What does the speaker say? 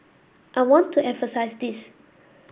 I want to emphasise this